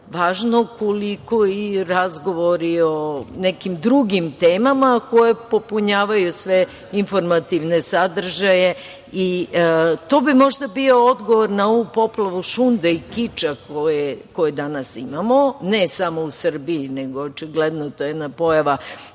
važno koliko i razgovori o nekim drugim temama, koje popunjavaju sve informativne sadržaje i to bi možda bio odgovor na ovu poplavu šunda i kiča koje danas imamo ne samo u Srbiji, nego očigledno to je jedna pojava